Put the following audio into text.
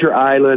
Island